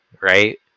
right